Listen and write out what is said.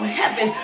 heaven